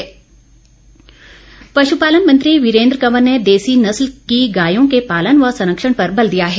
वीरेन्द्र कंवर पश्ञ पालन मंत्री वीरेन्द्र कंवर ने देसी नस्ल की गायों के पालन व संरक्षण पर बल दिया है